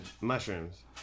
Mushrooms